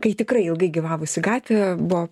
kai tikrai ilgai gyvavusi gatvė buvo